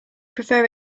prefer